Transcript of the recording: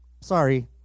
sorry